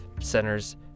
Center's